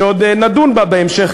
שעוד נדון בה בהמשך,